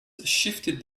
shifted